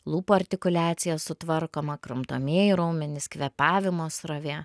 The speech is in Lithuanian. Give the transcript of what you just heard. lūpų artikuliacija sutvarkoma kramtomieji raumenys kvėpavimo srovė